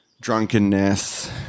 drunkenness